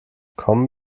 kommen